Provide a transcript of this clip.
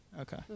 Okay